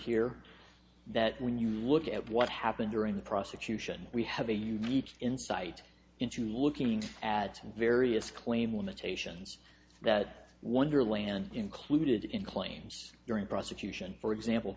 here that when you look at what happened during the prosecution we have a unique insight into looking at various claim limitations that wonderland included in claims during prosecution for example